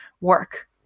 work